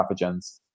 pathogens